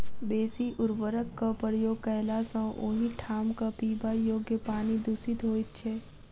बेसी उर्वरकक प्रयोग कयला सॅ ओहि ठामक पीबा योग्य पानि दुषित होइत छै